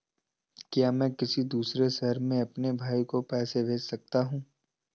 क्या मैं किसी दूसरे शहर में अपने भाई को पैसे भेज सकता हूँ?